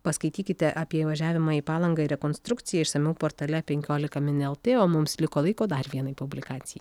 paskaitykite apie įvažiavimą į palangą rekonstrukciją išsamiau portale penkiolika min lt o mums liko laiko dar vienai publikaci